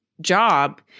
job